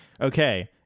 Okay